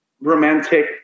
romantic